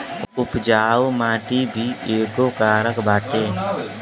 उपजाऊ माटी भी एगो कारक बाटे